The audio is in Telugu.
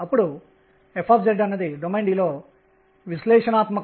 pr అనేది ∂E∂ṙ కు సమానం